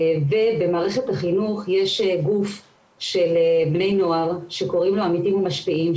במערכת החינוך יש גוף של בני נוער שקוראים לו עמיתים ומשפיעים,